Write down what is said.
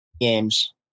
Games